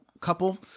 couple